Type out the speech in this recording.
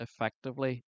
effectively